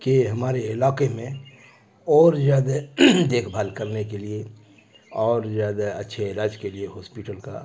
کہ ہمارے علاقے میں اور زیادہ دیکھ بھال کرنے کے لیے اور زیادہ اچھے علاج کے لیے ہاسپیٹل کا